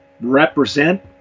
represent